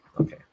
Okay